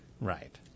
Right